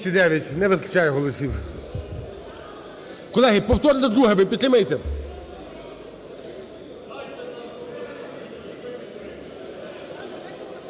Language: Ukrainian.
Не вистачає голосів. Колеги, повторне друге ви підтримаєте?